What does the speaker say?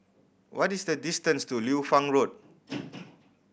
what is the distance to Liu Fang Road